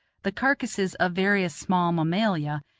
the carcasses of various small mammalia,